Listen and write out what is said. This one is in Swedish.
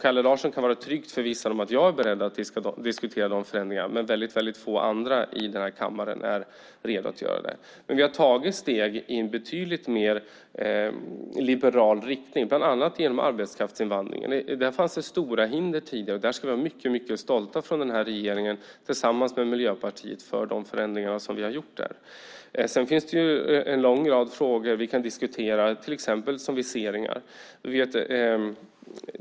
Kalle Larsson kan vara tryggt förvissad om att jag är beredd att diskutera de förändringarna, men väldigt få andra i kammaren är redo att göra det. Vi har tagit steg i en betydligt mer liberal riktning, bland annat genom arbetskraftsinvandringen. Där fanns det tidigare stora hinder. Vi ska där vara mycket stolta från regeringen tillsammans med Miljöpartiet för de förändringar som vi har gjort. Det finns en lång rad frågor som vi kan diskutera, till exempel viseringar.